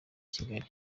kigali